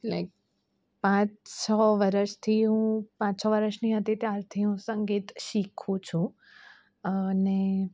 like પાંચ છ વર્ષથી હું પાંચ છ વર્ષની હતી ત્યારથી હું સંગીત શીખું છું અને